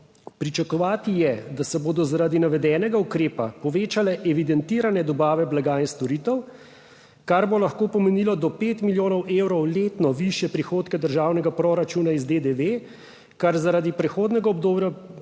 "Pričakovati je, da se bodo zaradi navedenega ukrepa povečale evidentirane dobave blaga in storitev, kar bo lahko pomenilo do pet milijonov evrov letno višje prihodke državnega proračuna iz DDV, kar zaradi prehodnega obdobja